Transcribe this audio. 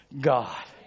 God